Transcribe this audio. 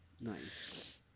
Nice